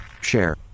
share